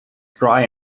dry